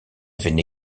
avaient